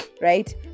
right